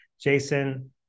Jason